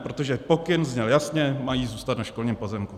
Protože pokyn zněl jasně: mají zůstat na školním pozemku.